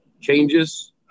changes